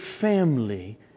family